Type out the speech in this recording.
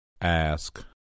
Ask